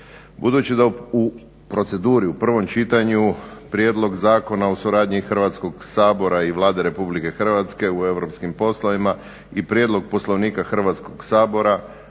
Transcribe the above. Budući da u proceduri u prvom čitanju Prijedlog zakona o suradnji Hrvatskog sabora i Vlade RH u europskim poslovima i Prijedlog Poslovnika Hrvatskog sabora,